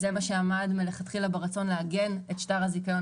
זה מה שעמד מלכתחילה ברצון לעגן את שטר הזיכיון